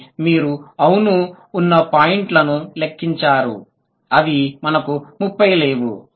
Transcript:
కానీ మీరు అవును ఉన్న పాయింట్లను లెక్కించారు అవి మనకు ముప్పై లేవు